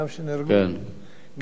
כל אדם הוא עולם ומלואו.